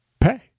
pay